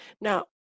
Now